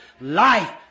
life